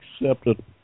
accepted